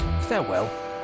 Farewell